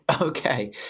Okay